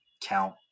count